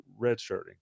redshirting